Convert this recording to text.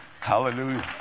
Hallelujah